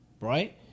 right